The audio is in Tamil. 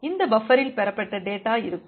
எனவே இந்த பஃப்பரில் பெறப்பட்ட டேட்டா இருக்கும்